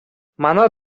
манай